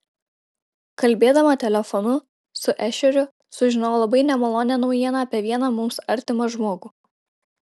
kalbėdama telefonu su ešeriu sužinojau labai nemalonią naujieną apie vieną mums artimą žmogų